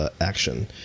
action